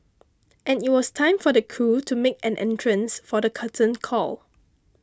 and it was time for the crew to make an entrance for the curtain call